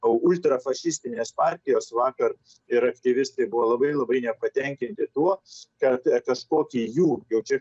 o ultrafašistinės partijos vakar ir aktyvistai buvo labai labai nepatenkinti tuo kad kažkokie jų jau čia